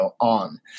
on